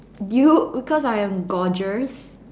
do you because I am gorgeous